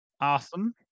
Awesome